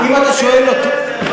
אם אתה שואל אותי,